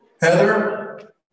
Heather